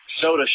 soda